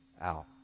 out